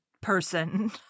person